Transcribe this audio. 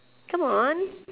come on